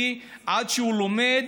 כי הוא עוד לומד,